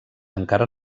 encara